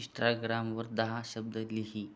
इश्त्राग्रामवर दहा शब्द लिही